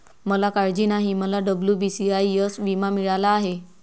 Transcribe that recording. मला काळजी नाही, मला डब्ल्यू.बी.सी.आय.एस विमा मिळाला आहे